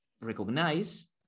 recognize